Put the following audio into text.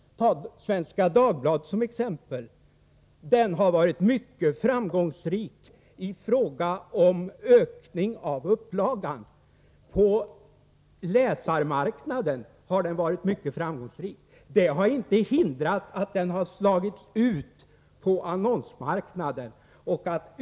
Ta Svenska Dagbladet som exempel. Det har varit mycket framgångsrikt på läsarmarknaden i fråga om ökning av upplagan, men det har inte hindrat att tidningen har klart underläge på annonsmarknaden.